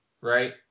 right